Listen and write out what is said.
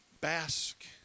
bask